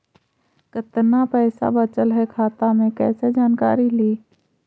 कतना पैसा बचल है खाता मे कैसे जानकारी ली?